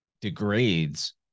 degrades